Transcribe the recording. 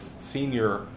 senior